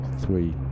three